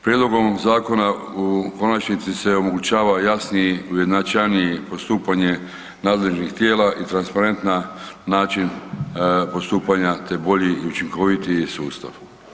Prijedlogom zakona u konačni se omogućava jasniji, ujednačajnije postupanje nadležnih tijela i transparentan način postupanja te bolji i učinkovitiji sustav.